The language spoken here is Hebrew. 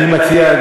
אני מציע,